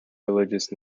religious